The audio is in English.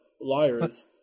liars